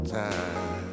time